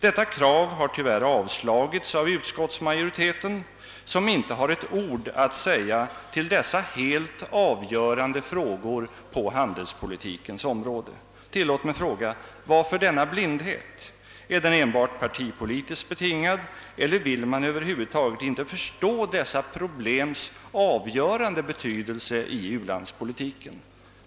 Detta krav har tyvärr avvisats av utskottet, som inte har ett ord att säga till dessa helt avgörande frågor på handelspolitikens område. Tillåt mig fråga: Varför denna blindhet? Är den enbart partipolitiskt betingad eller vill man över huvud taget inte förstå dessa problems avgörande betydelse i u-landspolitiken?